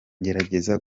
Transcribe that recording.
ngerageza